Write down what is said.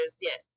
yes